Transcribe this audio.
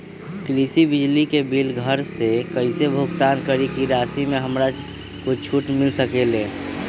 कृषि बिजली के बिल घर से कईसे भुगतान करी की राशि मे हमरा कुछ छूट मिल सकेले?